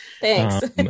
Thanks